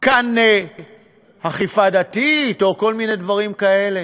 כאן כפייה דתית, או כל מיני דברים כאלה,